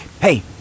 Hey